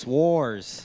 wars